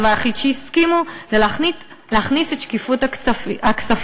הדבר היחיד שהסכימו זה להכניס את שקיפות הכספים.